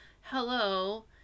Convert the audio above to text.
hello